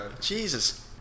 Jesus